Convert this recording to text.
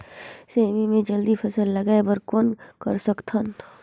सेमी म जल्दी फल लगाय बर कौन कर सकत हन?